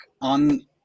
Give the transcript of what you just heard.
on